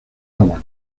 agua